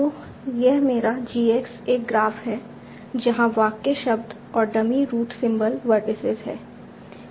तो यह मेरा Gx एक ग्राफ है जहाँ वाक्य शब्द और डमी रूट सिंबल वर्टिसीज हैं